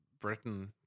Britain